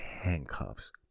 handcuffs